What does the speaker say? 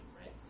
right